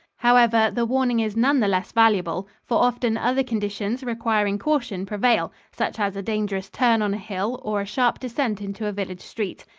however, the warning is none the less valuable, for often other conditions requiring caution prevail, such as a dangerous turn on a hill or a sharp descent into a village street.